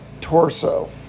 torso